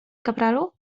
kapralu